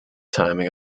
timing